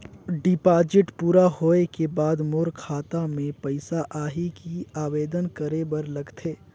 Deposit पूरा होय के बाद मोर खाता मे पइसा आही कि आवेदन करे बर लगथे?